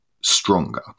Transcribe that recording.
stronger